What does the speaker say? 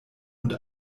und